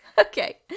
Okay